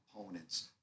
opponents